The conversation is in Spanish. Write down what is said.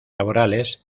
laborales